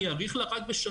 אני אאריך לה רק בשנה,